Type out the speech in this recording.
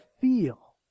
feel